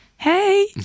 Hey